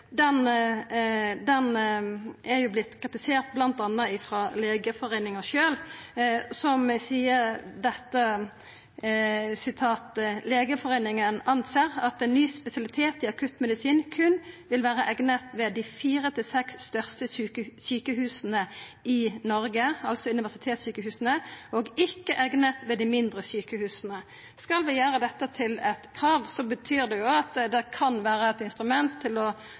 kritisert m.a. av Legeforeningen sjølv, som seier: «Legeforeningen anser at en ny spesialitet i akuttmedisin kun vil være egnet ved de 4-6 største sykehusene i Norge , og ikke egnet ved de mindre sykehusene.» Skal vi gjera dette til eit krav, betyr det at det kan vera eit instrument til å